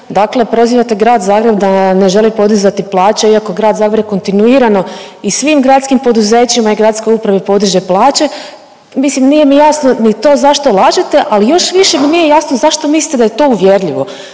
dakle prozivate Grad Zagreb da ne želi podizati plaće iako Grad Zagreb kontinuirano i svim gradskim poduzećima i gradskoj upravi podiže plaće, mislim nije mi jasno ni to zašto lažete, ali još više mi nije jasno zašto mislite da je to uvjerljivo.